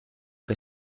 che